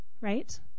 Right